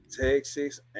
Texas